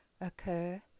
occur